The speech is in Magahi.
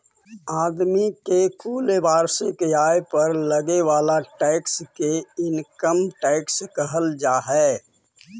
आदमी के कुल वार्षिक आय पर लगे वाला टैक्स के इनकम टैक्स कहल जा हई